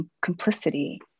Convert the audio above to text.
complicity